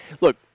look